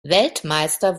weltmeister